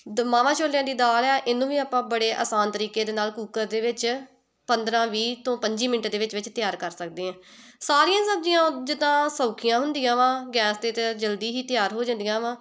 ਦ ਮਹਾਂ ਛੋਲਿਆਂ ਦੀ ਦਾਲ ਹੈ ਇਹਨੂੰ ਵੀ ਆਪਾਂ ਬੜੇ ਆਸਾਨ ਤਰੀਕੇ ਦੇ ਨਾਲ ਕੂਕਰ ਦੇ ਵਿੱਚ ਪੰਦਰਾਂ ਵੀਹ ਤੋਂ ਪੱਚੀ ਮਿੰਟ ਦੇ ਵਿੱਚ ਵਿੱਚ ਤਿਆਰ ਕਰ ਸਕਦੇ ਹਾਂ ਸਾਰੀਆਂ ਸਬਜ਼ੀਆਂ ਜਿੱਦਾਂ ਸੌਖੀਆਂ ਹੁੰਦੀਆਂ ਵਾ ਗੈਸ 'ਤੇ ਤਾਂ ਜਲਦੀ ਹੀ ਤਿਆਰ ਹੋ ਜਾਂਦੀਆਂ ਵਾ